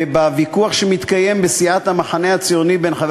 בוויכוח שמתקיים בסיעת המחנה הציוני בין חבר